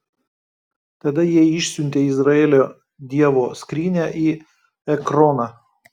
tada jie išsiuntė izraelio dievo skrynią į ekroną